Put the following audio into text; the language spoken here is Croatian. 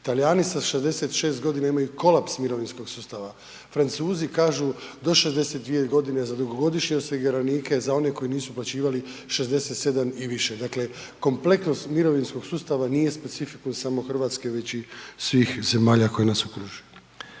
Talijani sa 66 godina imaju kolaps mirovinskog sustava. Francuzi kažu do 62 godine za dugogodišnje osiguranike, za onih koji nisu uplaćivali, 67 i više, dakle, kompleksnost mirovinskog sustava nije specifikum samo Hrvatske već i svih zemalja koje nas okružuju.